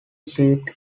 sweet